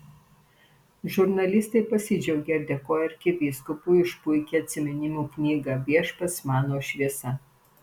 žurnalistai pasidžiaugė ir dėkojo arkivyskupui už puikią atsiminimų knygą viešpats mano šviesa